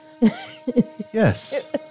Yes